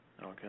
Okay